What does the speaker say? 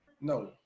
No